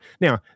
Now